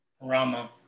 Rama